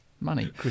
money